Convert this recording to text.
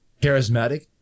charismatic